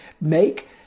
make